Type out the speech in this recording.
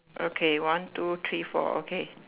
okay one two three four okay